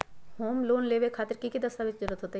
Home loan लेबे खातिर की की दस्तावेज के जरूरत होतई?